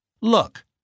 Look